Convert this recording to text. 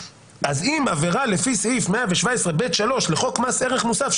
אם עבירה לפי סעיף 117ב(3) לחוק מס ערך מוסף,